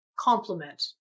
complement